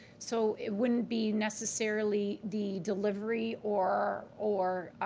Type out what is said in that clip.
so, it wouldn't be necessarily the delivery. or or